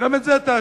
גם את זה תאשר.